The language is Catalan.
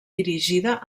dirigida